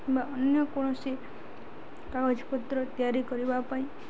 କିମ୍ବା ଅନ୍ୟ କୌଣସି କାଗଜପତ୍ର ତିଆରି କରିବା ପାଇଁ